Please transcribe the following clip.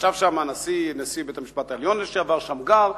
ישב שם נשיא בית-המשפט העליון לשעבר שמגר,